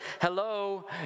hello